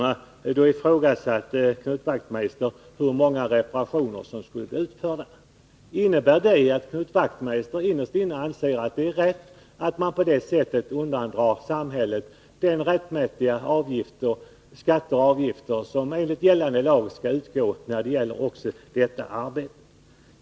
Jag måste då fråga Knut Wachtmeister — även om det smärtar mig att behöva ställa frågan: Innebär det att Knut Wachtmeister innerst inne anser att det är rätt att man på det sättet undandrar samhället de skatter och avgifter som enligt gällande lag skall utgå också när det gäller sådana arbeten?